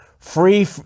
free